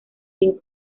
sin